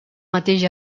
mateix